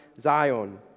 Zion